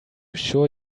sure